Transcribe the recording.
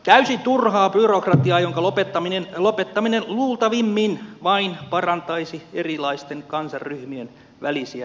täysin turhaa byrokratiaa jonka lopettaminen luultavimmin vain parantaisi erilaisten kansanryhmien välisiä suhteita